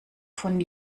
von